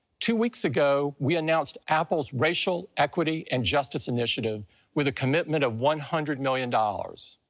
two weeks ago, we announced apple's racial equity and justice initiative with a commitment of one hundred million dollars.